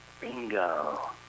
Bingo